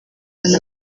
atanu